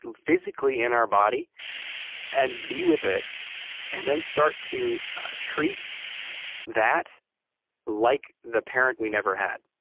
um physically in our body and be with it and then start to treat that like the parent we never had.